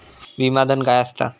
विमा धन काय असता?